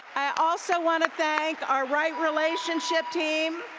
i also want to thank our right relationship team.